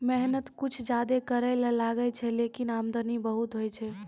मेहनत कुछ ज्यादा करै ल लागै छै, लेकिन आमदनी बहुत होय छै